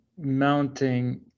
mounting